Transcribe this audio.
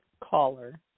caller